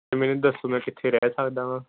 ਅਤੇ ਮੈਨੂੰ ਦੱਸੋ ਮੈਂ ਕਿੱਥੇ ਰਹਿ ਸਕਦਾ ਹਾਂ